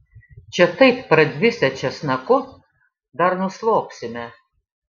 čia taip pradvisę česnaku dar nuslopsime